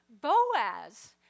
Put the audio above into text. Boaz